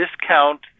discount